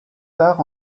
tard